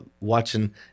watching